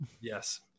Yes